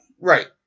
Right